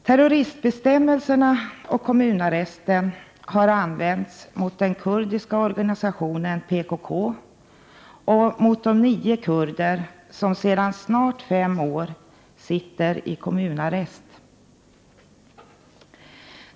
Terroristbestämmelserna och kommunarresten har använts mot den kurdiska organisationen PKK och mot de nio kurder som sedan snart fem år sitter i kommunarrest.